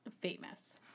famous